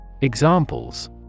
Examples